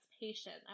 patient